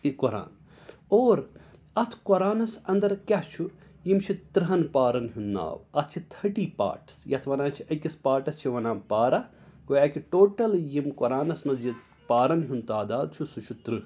یہِ قۅران اور اَتھ قۅرانَس اَنٛدر کیٛاہ چھُ یِم چھِ تٕرٛہَن پارَن ہنٛد ناو اَتھ چھِ تھٔٹی پارٹٕس یَِتھ وَنان چھِ أکِس پاٹَس چھِ وَنان چھِ پارہ گوٚو اَکہِ ٹوٹَل یِم قۅرانَس مَنٛز یِٔژ پارَن ہنٛد تعداد چھُ سُہ چھُ تٕرٛہ